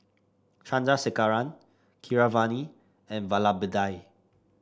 Chandrasekaran Keeravani and Vallabhbhai